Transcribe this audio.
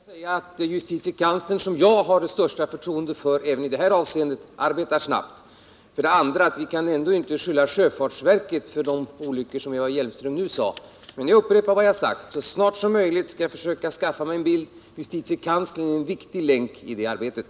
Herr talman! Jag vill för det första säga att justitiekanslern, som jag har det största förtroende för även i det här avseendet, arbetar snabbt. För det andra kan vi inte beskylla sjöfartsverket för de olyckor som Eva Hjelmström nu nämnt. Men jag upprepar vad jag har sagt: Så snart som möjligt skall jag försöka skaffa mig en bild av förhållandena i verket. JK är en viktig länk i det arbetet.